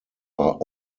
are